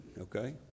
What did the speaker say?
okay